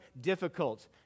difficult